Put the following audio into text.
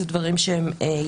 אלה דברים ידועים.